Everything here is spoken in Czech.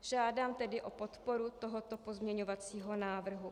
Žádám tedy o podporu tohoto pozměňovacího návrhu.